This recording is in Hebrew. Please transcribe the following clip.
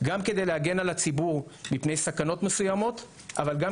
גם כדי להגן על הציבור מפני סכנות מסוימות אבל גם